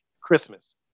Christmas